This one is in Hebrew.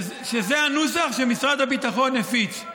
שזה הנוסח שמשרד הביטחון הפיץ.